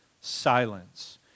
silence